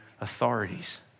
authorities